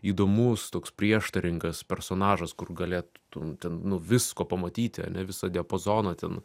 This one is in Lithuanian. įdomus toks prieštaringas personažas kur galėtum ten nu visko pamatyti ane visą diapazoną ten